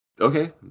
Okay